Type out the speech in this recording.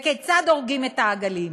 כיצד הורגים את העגלים?